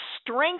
strength